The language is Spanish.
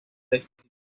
textos